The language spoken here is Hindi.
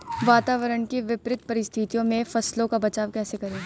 वातावरण की विपरीत परिस्थितियों में फसलों का बचाव कैसे करें?